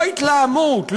לא התלהמות,